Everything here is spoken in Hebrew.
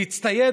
להצטייד?